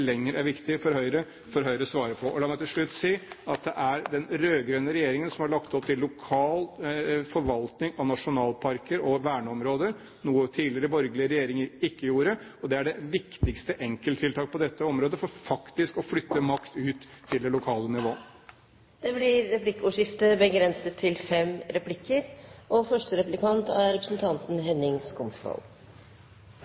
lenger er viktig for Høyre får Høyre svare på. La meg til slutt si at det er den rød-grønne regjeringen som har lagt opp til lokal forvaltning av nasjonalparker og verneområder, noe tidligere borgerlige regjeringer ikke gjorde. Det er det viktigste enkelttiltak på dette området for faktisk å flytte makt ut til det lokale nivå. Det blir replikkordskifte. Plan- og bygningsloven, vedtatt i 2008 og